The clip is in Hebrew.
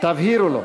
תבהירו לו.